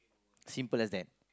simple like that